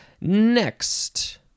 Next